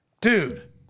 Dude